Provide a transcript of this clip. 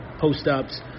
post-ups